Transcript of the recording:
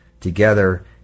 together